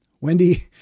Wendy